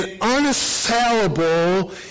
unassailable